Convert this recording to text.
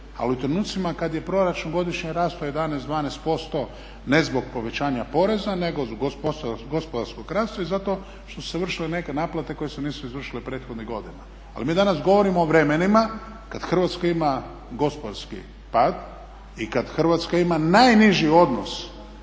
ali u trenucima kad je proračun godišnje rastao 11, 12% ne zbog povećanja poreza, nego zbog gospodarskog rasta i zato što su se vršile neke naplate koje se nisu izvršile prethodnih godina. Ali mi danas govorimo o vremenima kad Hrvatska ima gospodarski pad i kad Hrvatska ima najniži odnos